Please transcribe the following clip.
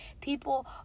People